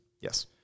Yes